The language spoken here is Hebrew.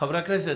חברי הכנסת,